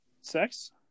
Sex